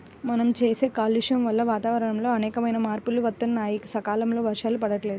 మనం చేసే కాలుష్యం వల్ల వాతావరణంలో అనేకమైన మార్పులు వత్తన్నాయి, సకాలంలో వర్షాలు పడతల్లేదు